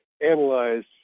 analyze